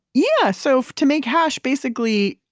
yeah. so to make hash, basically,